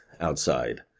outside